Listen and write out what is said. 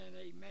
amen